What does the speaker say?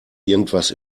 irgendwas